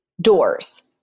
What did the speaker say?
doors